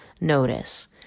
notice